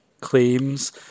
claims